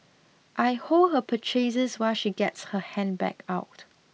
I hold her purchases while she gets her handbag out